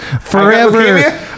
forever